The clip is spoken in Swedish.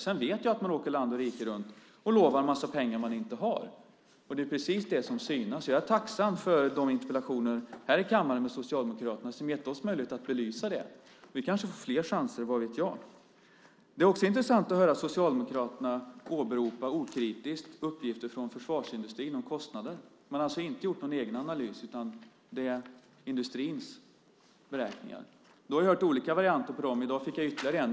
Sedan vet jag att man åker land och rike runt och lovar en massa pengar man inte har, och det är precis det som synas. Jag är tacksam för de interpellationsdebatter här i kammaren med Socialdemokraterna som har gett oss möjlighet att belysa det. Vi kanske får fler chanser - vad vet jag. Det är också intressant att höra Socialdemokraterna okritiskt åberopa uppgifter från försvarsindustrin om kostnader. Man har alltså inte gjort någon egen analys, utan det här är industrins beräkningar. Jag har hört olika varianter av dem. I dag fick jag ytterligare en.